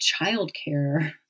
childcare